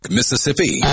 Mississippi